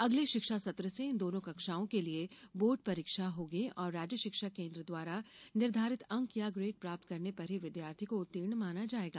अगले शिक्षा सत्र से इन दोनों कक्षाओं के लिए नियमित परीक्षा होगी और राज्य शिक्षा केन्द्र द्वारा निर्धारित अंक या ग्रेड प्राप्त करने पर ही विद्यार्थी को उत्तीर्ण माना जायेगा